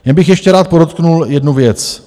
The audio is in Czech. Jen bych ještě rád podotkl jednu věc.